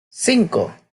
cinco